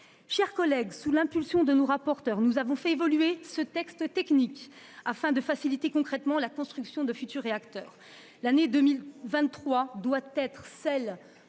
chers collègues, sous l'impulsion de nos rapporteurs, nous avons fait évoluer ce texte technique afin de faciliter concrètement la construction de futurs réacteurs. L'année 2023 doit être celle